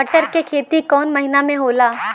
मटर क खेती कवन महिना मे होला?